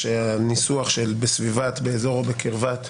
ניסוח של בסביבת, באזור או בקרבת.